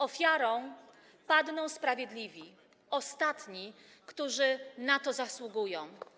Ofiarą padną sprawiedliwi - ostatni, którzy na to zasługują.